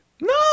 No